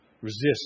Resist